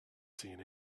seen